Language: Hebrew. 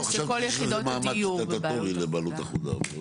אבל שכל יחידות הדיור בבעלות אחודה.